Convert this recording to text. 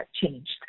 changed